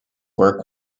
were